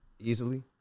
easily